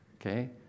okay